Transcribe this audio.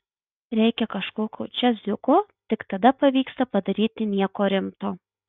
reikia kažkokio džiaziuko tik tada pavyksta padaryti nieko rimto